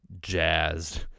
jazzed